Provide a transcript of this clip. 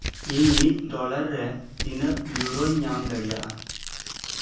ᱤᱧ ᱢᱤᱫ ᱰᱚᱞᱟᱨ ᱨᱮ ᱛᱤᱱᱟᱹᱜ ᱤᱭᱳᱨᱳᱧ ᱧᱟᱢ ᱫᱟᱲᱮᱭᱟᱜᱼᱟ